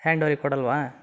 hand ಓವರಿಗೆ ಕೊಡೋಲ್ವಾ